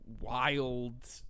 wild –